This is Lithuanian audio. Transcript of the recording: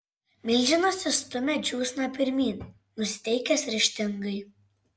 milžinas vis stumia džiūsną pirmyn nusiteikęs ryžtingai